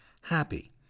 happy